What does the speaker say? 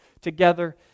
together